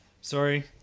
Sorry